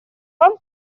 вам